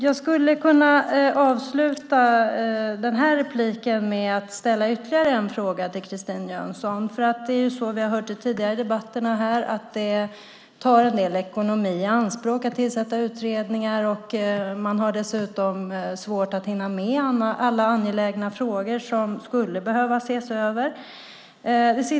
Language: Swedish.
Jag avslutar min replik med att ställa ytterligare en fråga till Christine Jönsson. Vi har tidigare i debatterna hört att det tar en del ekonomi i anspråk att tillsätta utredningar. Man har dessutom svårt att hinna med alla angelägna frågor som skulle behöva ses över.